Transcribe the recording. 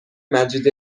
مجید